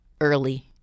early